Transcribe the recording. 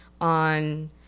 on